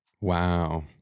Wow